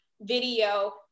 video